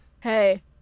hey